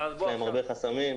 יש להם הרבה חסמים,